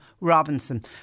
Robinson